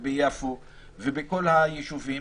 יפו ובכל היישובים